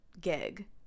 gig